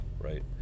right